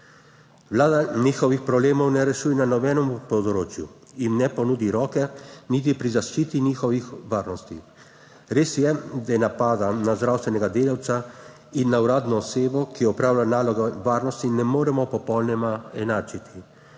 Vlada njihovih problemov ne rešuje na nobenem področju in ne ponudi roke niti pri zaščiti njihovih varnosti. Res je, da napada na zdravstvenega delavca in na uradno osebo, ki opravlja nalogo varnosti, ne moremo popolnoma enačiti,